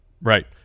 right